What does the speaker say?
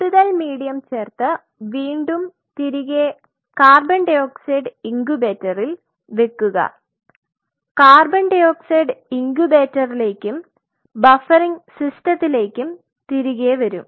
കൂടുതൽ മീഡിയം ചേർത്ത് വീണ്ടും തിരികെ co2 ഇൻകുബേറ്ററിൽ വെക്കുക co2 ഇൻകുബേറ്ററിലേക്കും ബഫറിംഗ് സിസ്റ്റത്തിലേക്കും തിരികെ വരും